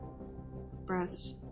breaths